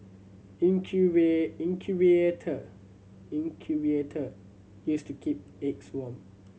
incubator incubator used to keep eggs warm